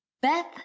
Beth